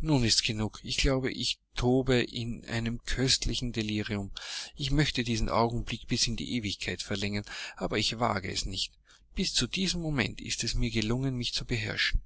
nun ist's genug ich glaube ich tobe in einem köstlichen delirium ich möchte diesen augenblick bis in die ewigkeit verlängern aber ich wage es nicht bis zu diesem moment ist es mir gelungen mich zu beherrschen